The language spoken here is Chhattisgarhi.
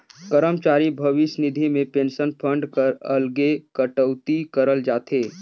करमचारी भविस निधि में पेंसन फंड कर अलगे कटउती करल जाथे